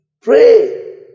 pray